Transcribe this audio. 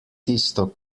tisto